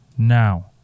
now